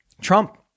Trump